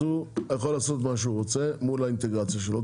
אז הוא יכול לעשות מה שהוא רוצה מול האינטגרציה שלו,